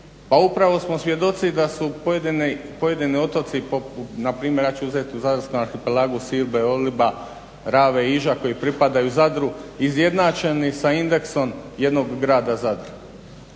upravo smo svjedoci da su pojedini otoci, npr. ja ću uzeti u Zadarskom arhipelagu Silbe i Oliba, Rave i Iža koji pripadaju Zadru izjednačeni sa indeksom jednog grada Zadra.